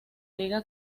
liga